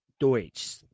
Deutsch